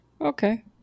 Okay